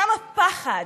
כמה פחד